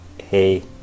hey